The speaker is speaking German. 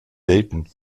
dayton